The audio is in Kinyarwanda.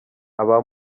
aba